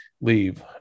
leave